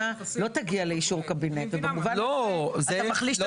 לא תגיע לאישור קבינט ובמובן הזה אתה מחליש את